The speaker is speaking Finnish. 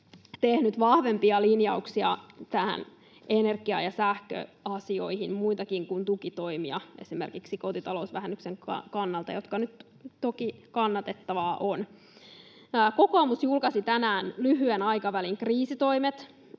tehnyt vahvempia linjauksia näihin energia- ja sähköasioihin, muitakin kuin tukitoimia esimerkiksi kotitalousvähennyksen kannalta, jotka nyt toki ovat kannatettavia. Kokoomus julkaisi tänään lyhyen aikavälin kriisitoimet